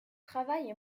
travaille